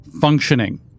functioning